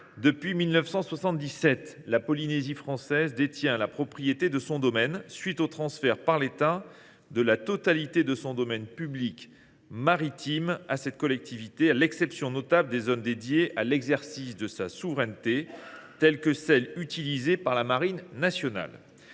Depuis 1977, la Polynésie française détient la propriété de son domaine, à la suite du transfert par l’État de la totalité de son domaine public maritime à cette collectivité, à l’exception notable des zones dédiées à l’exercice de sa souveraineté, comme celles qu’utilise la marine nationale.